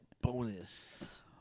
Bonus